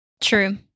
True